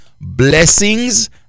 blessings